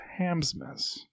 Ham'smas